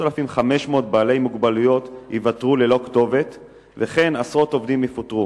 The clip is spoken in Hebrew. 3,500 בעלי מוגבלויות ייוותרו ללא כתובת וכן עשרות עובדים יפוטרו.